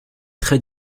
très